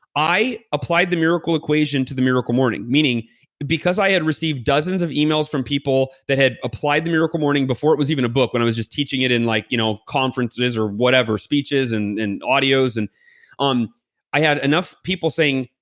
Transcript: i applied the miracle equation to the miracle morning, meaning because i had received dozens of emails from people that had applied applied the miracle morning before, it was even a book when i was just teaching it in like you know conferences or whatever, speeches and audios and um i had enough people saying,